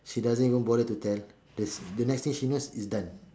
she doesn't even bother to tell the the next thing she knows it's done